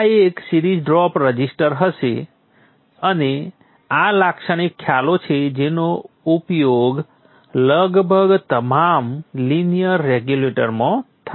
આ એક series drop resistor હશે અને આ લાક્ષણિક ખ્યાલો છે જેનો ઉપયોગ લગભગ તમામ લીનિયર રેગ્યુલેટરમાં થાય છે